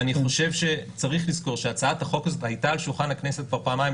אני חושב שצריך לזכור שהצעת החוק הזאת הייתה על שולחן הכנסת כבר פעמיים,